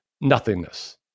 nothingness